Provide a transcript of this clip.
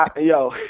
yo